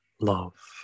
love